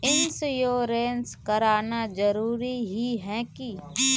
Insurance कराना जरूरी ही है की?